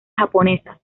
japonesas